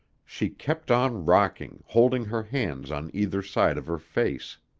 she kept on rocking, holding her hands on either side of her face.